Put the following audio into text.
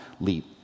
leap